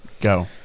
Go